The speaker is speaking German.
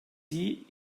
die